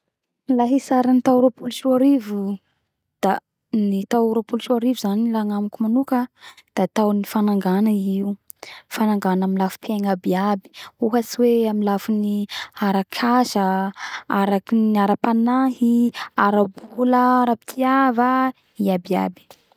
La hitsara ny tao ropolo sy roa arivo da ny tao ropolo sy roa arivo zany la agnamiko manoka da tao ny fanangana i io fanangana amy lafy piaigna aby aby ohatys hoe amy lafiny arakasa araky ny arapanahy ara bola ara pitiava i aby aby